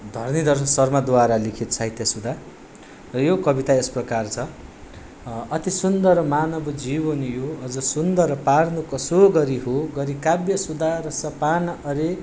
धरणीधर शर्माद्वारा लिखित साहित्य सुधा र यो कविता यसप्रकार छ अति सुन्दर मानव जीवन यो अझ सुन्दर पार्नु कसो गरी हो गरी काव्य सुधा रस पान अरे